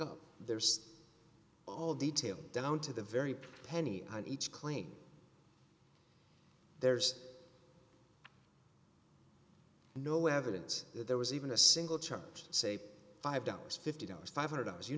up there's all detail down to the very penny each claim there's no evidence that there was even a single chart say five dollars fifty dollars five hundred dollars you